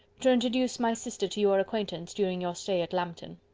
to introduce my sister to your acquaintance during your stay at lambton?